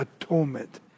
Atonement